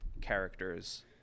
characters